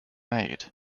made